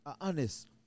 honest